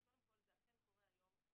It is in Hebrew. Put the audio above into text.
אז קודם כול זה אכן קורה היום.